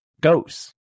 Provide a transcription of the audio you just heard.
goes